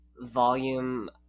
volume